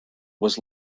was